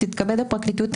תתכבד הפרקליטות,